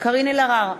קארין אלהרר,